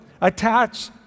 Attach